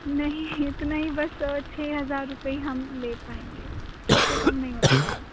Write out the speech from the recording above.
نہیں اتنا ہی بس چھ ہزار روپئے ہی ہم لے پائیں گے اس سے کم نہیں ہو پائے گا